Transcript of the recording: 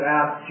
ask